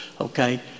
okay